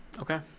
Okay